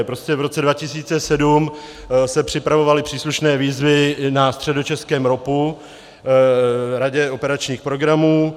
Prostě v roce 2007 se připravovaly příslušné výzvy na středočeském ROPu, radě operačních programů.